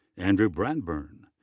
andrew bradburn.